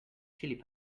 chili